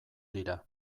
dira